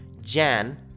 Jan